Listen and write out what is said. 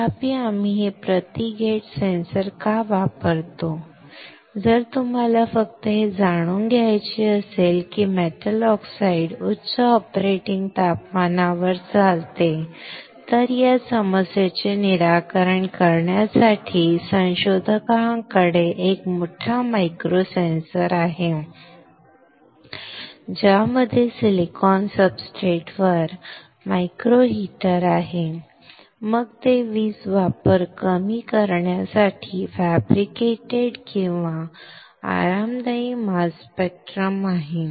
तथापि आम्ही हे प्रति गेट सेन्सर का वापरतो जर तुम्हाला फक्त हे जाणून घ्यायचे असेल की मेटल ऑक्साईड उच्च ऑपरेटिंग तापमानावर चालते तर या समस्येचे निराकरण करण्यासाठी संशोधकांकडे एक मोठा मायक्रो सेन्सर आहे ज्यामध्ये सिलिकॉन सब्सट्रेटवर मायक्रो हीटर आहे मग ते वीज वापर कमी करण्यासाठी फॅब्रिकेटेड किंवा बर्फाळ आरामदायी मास स्पेक्ट्रम आहे